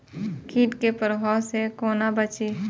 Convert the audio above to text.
कीट के प्रभाव से कोना बचीं?